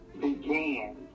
began